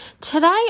today